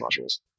modules